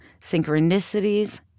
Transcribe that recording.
synchronicities